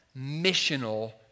missional